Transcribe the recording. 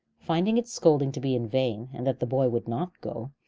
finding its scolding to be in vain, and that the boy would not go,